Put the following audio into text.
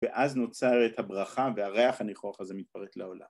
‫ואז נוצרת הברכה והריח הניחוח הזה ‫מתפרק לעולם.